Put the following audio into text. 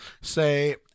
say